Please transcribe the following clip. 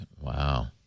wow